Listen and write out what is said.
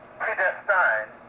predestined